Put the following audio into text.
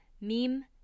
mim